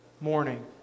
morning